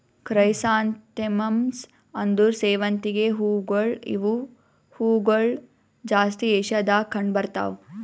chrysanthemums ಅಂದುರ್ ಸೇವಂತಿಗೆ ಹೂವುಗೊಳ್ ಇವು ಹೂಗೊಳ್ ಜಾಸ್ತಿ ಏಷ್ಯಾದಾಗ್ ಕಂಡ್ ಬರ್ತಾವ್